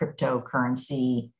cryptocurrency